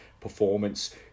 performance